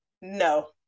no